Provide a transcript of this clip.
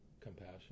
compassion